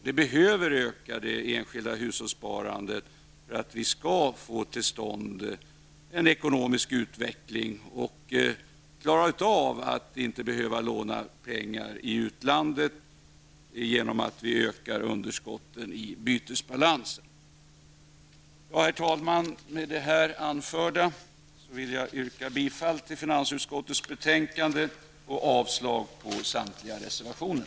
Det behöver öka för att vi skall få en ekonomisk utveckling och klara av att inte behöva låna pengar i utlandet genom att vi ökar underskotten i bytesbalansen. Herr talman! Med det anförda vill jag yrka bifall till hemställan i finansutskottets betänkande och avslag på samtliga reservationer.